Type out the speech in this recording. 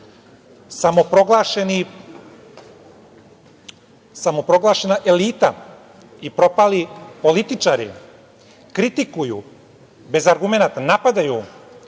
samoproglašena elita i propali političari kritikuju, bez argumenata napadaju